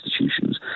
institutions